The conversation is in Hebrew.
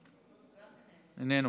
איננו,